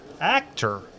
actor